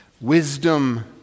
Wisdom